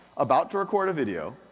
about to record a video,